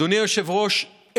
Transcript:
אדוני היושב-ראש,